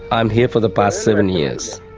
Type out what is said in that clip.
i am here for the past seven years.